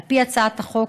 על פי הצעת החוק,